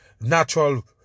natural